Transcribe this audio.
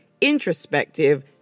introspective